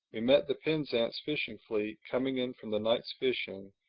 we met the penzance fishing fleet coming in from the night's fishing,